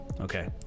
Okay